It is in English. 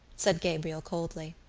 said gabriel coldly.